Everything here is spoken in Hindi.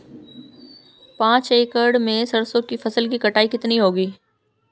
पांच एकड़ में सरसों की फसल की कटाई कितनी होगी?